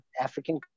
African